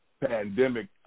pandemic